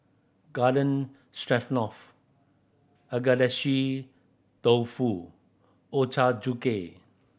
Garden Stroganoff Agedashi Dofu Ochazuke